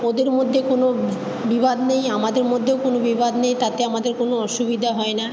ওদের মধ্যে কোনো বিবাদ নেই আমাদের মধ্যেও কোনো বিবাদ নেই তাতে আমাদের কোনো অসুবিধা হয় না